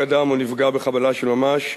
שבה נהרג אדם או נפגע בחבלה של ממש,